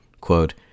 Quote